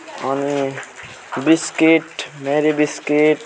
अनि biscuit Marie biscuit